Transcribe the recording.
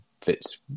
fits